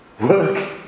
work